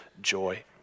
joy